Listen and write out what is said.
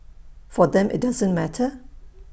for them IT doesn't matter